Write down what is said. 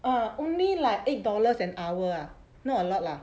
uh only like eight dollars an hour not a lot lah